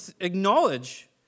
acknowledge